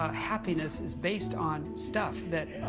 ah happiness is based on stuff, that, ah,